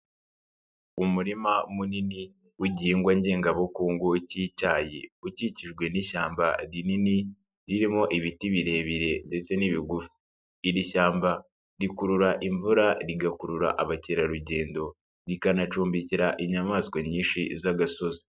Umurima munini w'igihingwa ngengabukungu cy'icyayi, ukikijwe n'ishyamba rinini ririmo ibiti birebire ndetse n'ibigufi, iri shyamba rikurura imvura, rigakurura abakerarugendo, rikanacumbikira inyamaswa nyinshi z'agasozi.